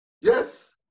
Yes